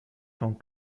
von